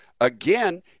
again